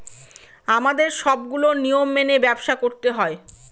আমাদের সবগুলো নিয়ম মেনে ব্যবসা করতে হয়